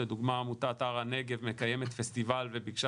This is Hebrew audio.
לדוגמה עמותת הר הנגב מקיימת פסטיבל וביקשה